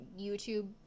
YouTube